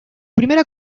primera